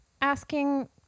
Asking